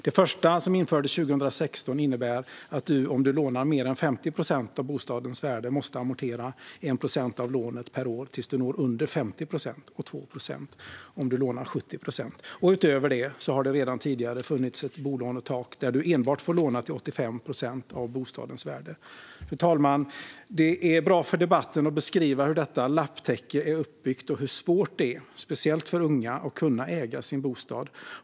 Det första kravet, som infördes 2016, innebär att du om du lånar mer än 50 procent av bostadens värde måste amortera 1 procent av lånet per år tills du når under 50 procent och 2 procent om du lånar 70 procent. Utöver det har det redan tidigare funnits ett bolånetak där du enbart får låna till 85 procent av bostadens värde. Fru talman! Det är bra för debatten att beskriva hur detta lapptäcke är uppbyggt och hur svårt det är, speciellt för unga, att kunna äga sin bostad.